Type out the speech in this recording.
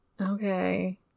Okay